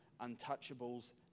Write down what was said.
untouchables